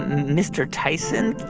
mr. tyson,